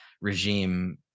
regime